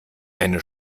eine